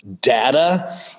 data